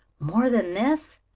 more than this,